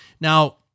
Now